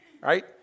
right